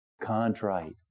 contrite